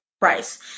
price